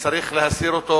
צריך להסיר אותו